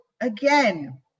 again